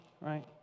right